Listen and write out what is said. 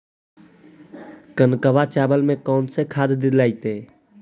कनकवा चावल में कौन से खाद दिलाइतै?